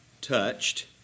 touched